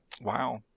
Wow